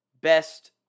best